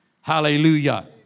Hallelujah